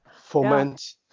Foment